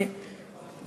אני מדברת על ניצולי שואה.